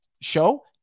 show